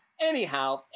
Anyhow